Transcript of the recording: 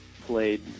played